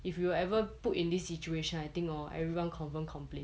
if you will ever put in this situation I think hor everyone confirm complain